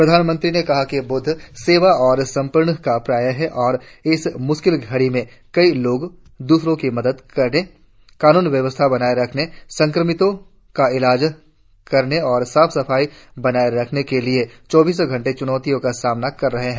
प्रधानमंत्री ने कहा कि ब्द्ध सेवा और समर्पण का पर्याय हैं और इस मुश्किल घड़ी में कई लोग द्रसरों की मदद करने कानून व्यवस्था बनाय़े रखने संक्रमितों का इलाज करने और साफ सफाई बनाये रखने के लिए चौबीसो घंटे च्नौतियों का सामना कर रहे हैं